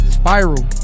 spiral